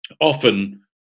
often